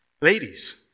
Ladies